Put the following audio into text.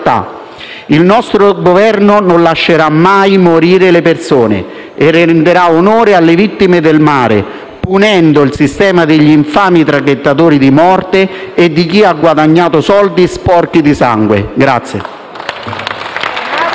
Il nostro Governo non lascerà mai morire le persone e renderà onore alle vittime del mare, punendo il sistema degli infami traghettatori di morte e di chi ha guadagnato soldi sporchi di sangue.